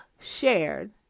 shared